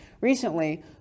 recently